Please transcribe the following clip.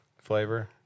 flavor